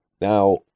Now